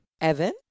Evan